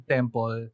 Temple